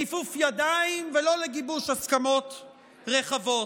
לכיפוף ידיים ולא לגיבוש הסכמות רחבות.